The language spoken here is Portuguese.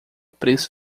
preço